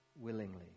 willingly